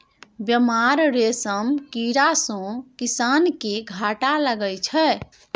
बेमार रेशम कीड़ा सँ किसान केँ घाटा लगै छै